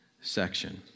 section